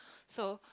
so